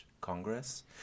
Congress